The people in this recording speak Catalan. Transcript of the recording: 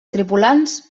tripulants